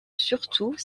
surtout